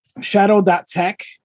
shadow.tech